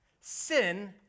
sin